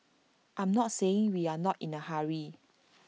I'm not saying we are not in A hurry